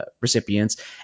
recipients